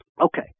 Okay